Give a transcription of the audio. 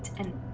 and